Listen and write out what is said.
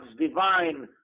divine